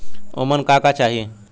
ओमन का का चाही?